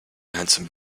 handsome